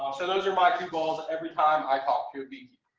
um so those are my two goals, every time i talk to beekeeper.